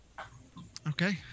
Okay